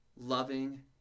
loving